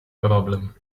problem